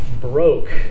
broke